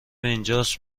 اینجاست